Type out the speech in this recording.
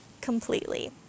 completely